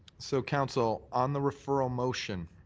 so council, on the referral motion,